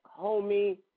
homie